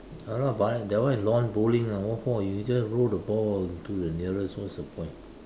ya lah but that one is lawn bowling lah what for you just roll the ball to the nearest what's the point